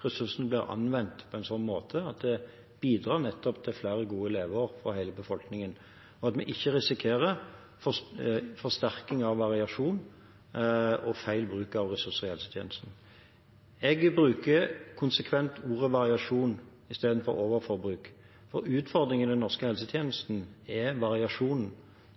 ressursene blir anvendt på en måte som bidrar nettopp til flere gode leveår for hele befolkningen, at vi ikke risikerer forsterkning av variasjon og feil bruk av ressurser i helsetjenesten. Jeg bruker konsekvent ordet «variasjon» i stedet for overforbruk. Utfordringen i den norske helsetjenesten er variasjonen,